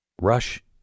Rush